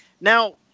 now